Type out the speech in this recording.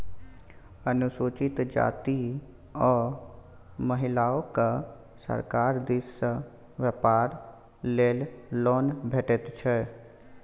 अनुसूचित जाती आ महिलाकेँ सरकार दिस सँ बेपार लेल लोन भेटैत छै